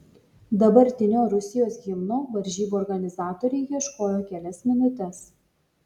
dabartinio rusijos himno varžybų organizatoriai ieškojo kelias minutes